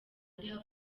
ariho